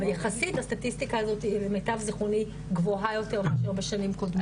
ויחסית הסטטיסטיקה הזאת למיטב זכרוני גבוהה יותר מאשר שנים קודמות.